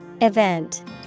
Event